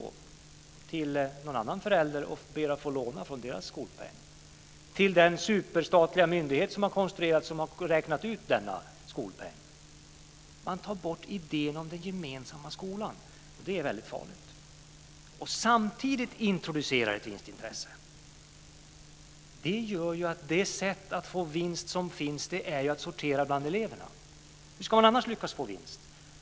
Ska man vända sig till några andra föräldrar och be att få låna av deras skolpeng? Ska man vända sig till den superstatliga myndighet som har konstruerats, som har räknat ut denna skolpeng? Man tar bort idén om den gemensamma skolan, och det är väldigt farligt. Samtidigt introducerar man ett vinstintresse. Det sätt som finns att få vinst är att sortera bland eleverna. Hur ska man annars lyckas få vinst?